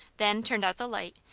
then turned out the light,